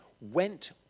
went